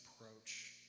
approach